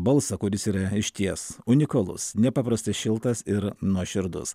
balsą kuris yra išties unikalus nepaprastai šiltas ir nuoširdus